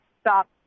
stop